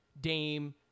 Dame